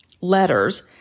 letters